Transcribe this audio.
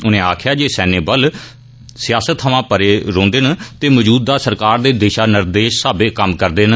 उनें आक्खेया जे सैन्य बल सियासत थमां परे रौहंदे न ते मौजूदा सरकार दे दिशा निर्देश साहबे कम्म करदे न